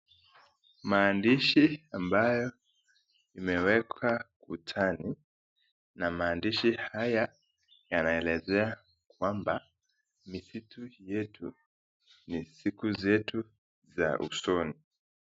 Maandishi ambayo imewekwa uchani, na maandishi haya yanaelezea kwamba ni siku zetu za usoni.